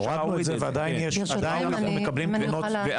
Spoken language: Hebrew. הורדנו ועדיין מקבלים תלונות.